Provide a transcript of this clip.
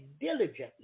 diligently